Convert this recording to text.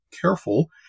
careful